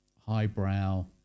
highbrow